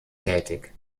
tätig